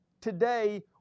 today